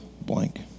blank